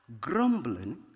Grumbling